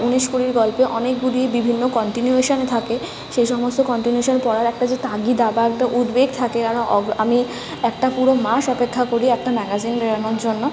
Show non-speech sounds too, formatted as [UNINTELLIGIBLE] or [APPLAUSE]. উনিশ কুড়ির গল্পে অনেকগুলি বিভিন্ন কন্টিনিউয়েশন থাকে সেই সমস্ত কন্টিনিউয়েশন পড়ার একটা যে তাগিদ বা একটা উদ্বেগ থাকে কারণ [UNINTELLIGIBLE] আমি একটা পুরো মাস অপেক্ষা করি একটা ম্যাগাজিন বেরনোর জন্য